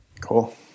Cool